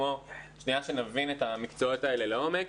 כלומר, שנייה שנבין את המקצועות האלה לעומק,